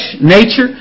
nature